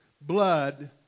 blood